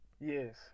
Yes